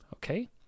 Okay